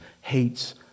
hates